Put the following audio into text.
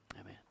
Amen